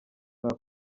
saa